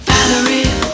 Valerie